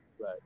Right